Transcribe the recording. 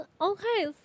Okay